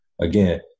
again